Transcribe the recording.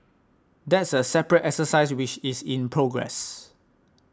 that's a separate exercise which is in progress